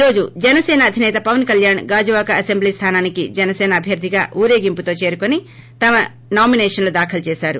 ఈ రోజు జనసేన అధినేత పవన్ కళ్యాణ్ గాజువాక అసెంబ్లీ స్దానానికి జనసేన అభ్వర్దిగా ఊరేగింపు తో చేరుకొని తన నామినేషన్లు దాఖలు చేసారు